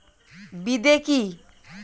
বিদে কি?